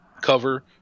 cover